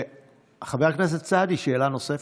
חבר הכנסת סעדי, שאלה נוספת?